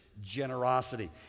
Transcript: generosity